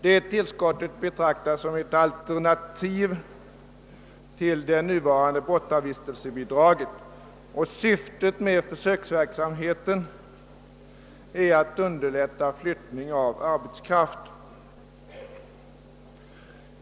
Detta tillskott betraktas som ett alternativ till det nuvarande bortavistelsebidraget, och syftet med försöksverksamheten är att underlätta flyttning av arbetskraft.